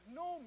no